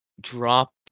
drop